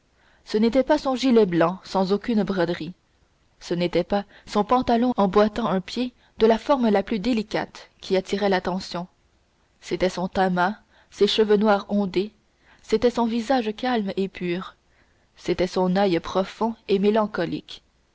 ce n'était pas son gilet blanc sans aucune broderie ce n'était pas son pantalon emboîtant un pied de la forme la plus délicate qui attiraient l'attention c'étaient son teint mat ses cheveux noirs ondés c'était son visage calme et pur c'était son oeil profond et mélancolique